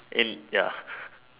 in ya